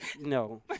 No